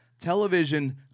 television